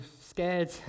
scared